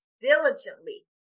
diligently